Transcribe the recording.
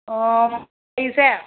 ꯑꯩꯁꯦ